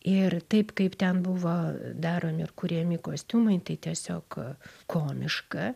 ir taip kaip ten buvo daromi ir kuriami kostiumai tai tiesiog komiška